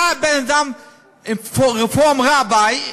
בא הבן-אדם עם רפורם-רביי,